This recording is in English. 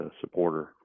supporter